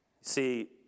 See